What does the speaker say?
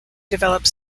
developed